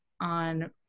on